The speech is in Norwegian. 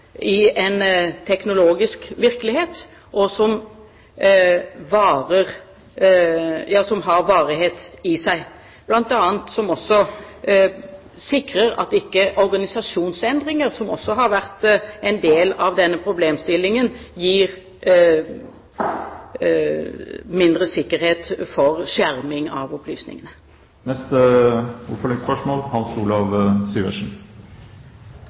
i en teknologisk virkelighet, og som har varighet i seg, som bl.a. også sikrer at ikke organisasjonsendringer, som også har vært en del av denne problemstillingen, gir mindre sikkerhet for skjerming av opplysningene. Hans Olav Syversen